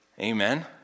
Amen